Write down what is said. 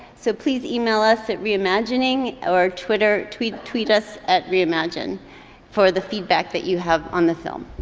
so please email us at reimagining or twitter, tweet tweet us at reimagine for the feedback that you have on the film.